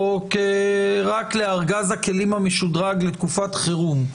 רק לארגז הכלים המשודרג לתקופת חירום,